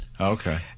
Okay